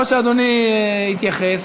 או שאדוני יתייחס,